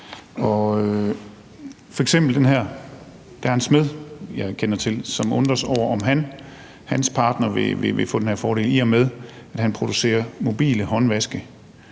f.eks. den her smed, jeg kender til, som undrer sig over, om hans partner vil få den her fordel, i og med at han producerer mobile håndvaske,